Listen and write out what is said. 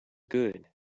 good